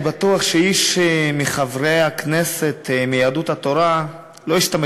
אני בטוח שאיש מחברי הכנסת מיהדות התורה לא ישתמש